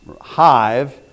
hive